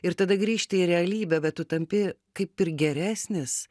ir tada grįžti į realybę bet tu tampi kaip ir geresnis